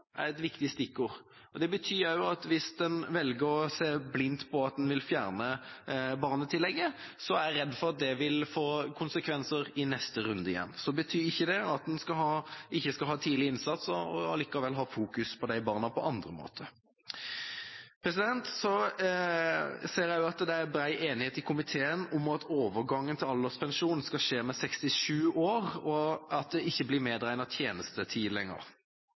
et viktig stikkord. Det betyr også at hvis en velger å se seg blind på en fjerning av barnetillegget, er jeg redd for at det vil få konsekvenser i neste runde igjen. Så betyr ikke det at en ikke skal ha tidlig innsats, en skal allikevel fokusere på barna på andre måter. Jeg ser også at det er bred enighet i komiteen om at overgangen til alderspensjon skal skje ved 67 år, og at tjenestetid ikke lenger blir medregnet. Foreløpig er det